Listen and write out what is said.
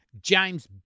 James